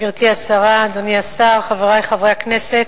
גברתי השרה, אדוני השר, חברי חברי הכנסת,